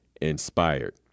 inspired